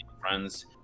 France